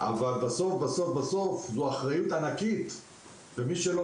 אבל בסוף-בסוף-בסוף זו אחריות ענקית ומי שלא